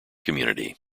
community